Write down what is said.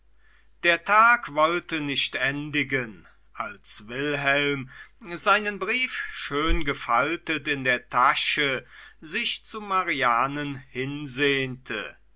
der tag wollte nicht endigen als wilhelm seinen brief schön gefaltet in der tasche sich zu marianen hinsehnte